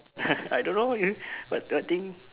I don't know what ya but the thing